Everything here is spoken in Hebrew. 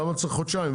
למה צריך חודשיים?